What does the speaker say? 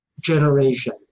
generation